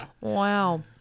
Wow